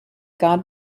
god